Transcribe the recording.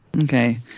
Okay